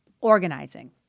organizing